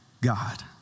God